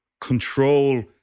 control